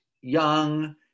young